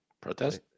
Protest